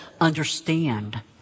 understand